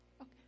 Okay